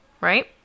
Right